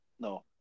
no